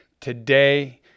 Today